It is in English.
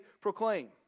proclaim